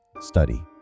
study